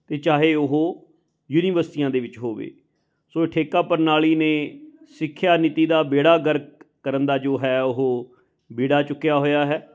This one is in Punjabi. ਅਤੇ ਚਾਹੇ ਉਹ ਯੂਨੀਵਰਸਿਟੀਆਂ ਦੇ ਵਿੱਚ ਹੋਵੇ ਸੋ ਇਹ ਠੇਕਾ ਪ੍ਰਣਾਲੀ ਨੇ ਸਿੱਖਿਆ ਨੀਤੀ ਦਾ ਬੇੜਾ ਗਰਕ ਕਰਨ ਦਾ ਜੋ ਹੈ ਉਹ ਬੀੜਾ ਚੁੱਕਿਆ ਹੋਇਆ ਹੈ